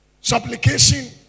supplication